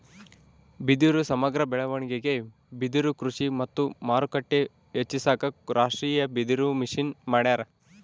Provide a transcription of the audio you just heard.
ಬಿದಿರು ಸಮಗ್ರ ಬೆಳವಣಿಗೆಗೆ ಬಿದಿರುಕೃಷಿ ಮತ್ತು ಮಾರುಕಟ್ಟೆ ಹೆಚ್ಚಿಸಾಕ ರಾಷ್ಟೀಯಬಿದಿರುಮಿಷನ್ ಮಾಡ್ಯಾರ